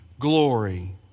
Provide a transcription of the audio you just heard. glory